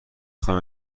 خواهم